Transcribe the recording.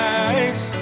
eyes